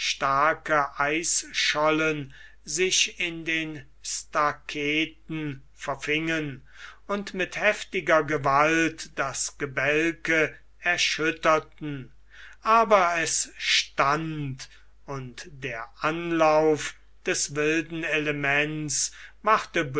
eisschollen sich in den staketen verfingen und mit heftiger gewalt das gebälke erschütterten aber es stand und der anlauf des wilden elements machte